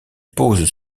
posent